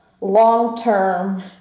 long-term